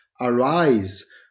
arise